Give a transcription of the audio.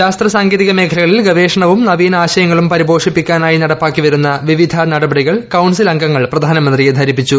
ശാസ്ത്ര സാങ്കേതിക മേഖലകളിൽ ഗവേഷണവും നവീന ആശയങ്ങളും പരിപോഷിപ്പിക്കാനായി നടപ്പാക്കി വരുന്ന വിവിധ നടപടികൾ കൌൺസിൽ അംഗങ്ങൾ പ്രധാനമന്ത്രിയെ ധരിപ്പിച്ചു